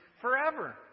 forever